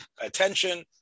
attention